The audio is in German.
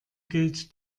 gilt